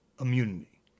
immunity